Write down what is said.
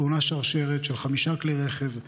תאונת שרשרת של חמישה כלי רכב,